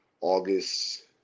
August